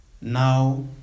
now